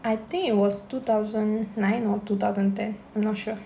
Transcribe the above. I think it was two thousand nine or two thousand ten I'm not sure